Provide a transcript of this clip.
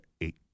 eight